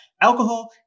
Alcohol